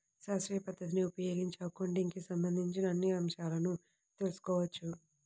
శాస్త్రీయ పద్ధతిని ఉపయోగించి అకౌంటింగ్ కి సంబంధించిన అన్ని అంశాలను తెల్సుకోవచ్చు